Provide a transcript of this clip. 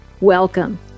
welcome